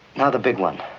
now the big one.